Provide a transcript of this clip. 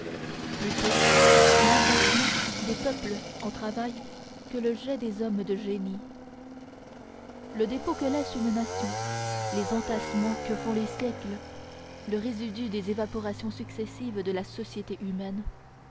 plutôt l'enfantement des peuples en travail que le jet des hommes de génie le dépôt que laisse une nation les entassements que font les siècles le résidu des évaporations successives de la société humaine